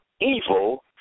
evil